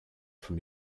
from